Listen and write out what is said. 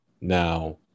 Now